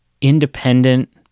independent